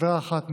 חברה אחת,